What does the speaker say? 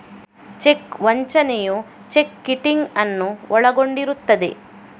check ವಂಚನೆಯು check kiting ಅನ್ನು ಒಳಗೊಂಡಿರುತ್ತದೆ